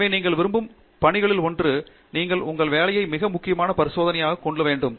எனவே நீங்கள் விரும்பும் பணிகளில் ஒன்று நீங்கள் உங்கள் வேலையை மிக முக்கியமான பரிசோதனையாகக் கொள்ள வேண்டும்